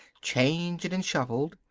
changed and shuffled.